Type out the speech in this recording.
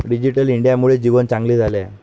digital इंडियामुळे जीवन चांगले झाले आहे